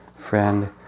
friend